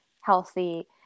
healthy